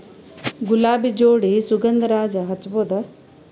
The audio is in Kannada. ಗುಲಾಬಿ ಜೋಡಿ ಸುಗಂಧರಾಜ ಹಚ್ಬಬಹುದ?